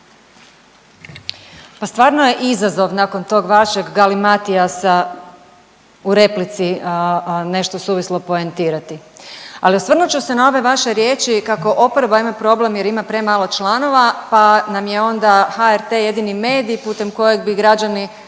Pa stvarno je izazov nakon tog vašeg galimatijasa u replici nešto suvislo poentirati. Ali osvrnut ću se na ove vaše riječi kako oporba ima problem jer ima premalo članova pa nam je onda HRT jedini medij putem kojeg bi građani